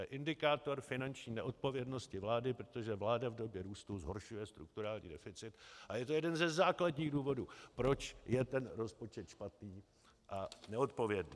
To je indikátor finanční neodpovědnosti vlády, protože vláda v době růstu zhoršuje strukturální deficit, a je to jeden ze základních důvodů, proč je ten rozpočet špatný a neodpovědný.